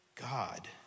God